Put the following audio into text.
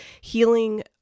healing